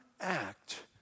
act